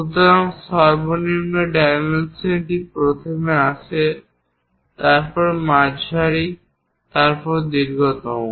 সুতরাং সর্বনিম্ন ডাইমেনশনটি প্রথমে আসে তারপরে মাঝারি এবং দীর্ঘতম